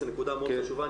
זו נקודה מאוד חשובה.